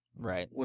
Right